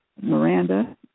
Miranda